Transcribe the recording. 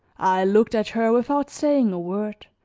i looked at her without saying a word,